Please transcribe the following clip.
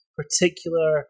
particular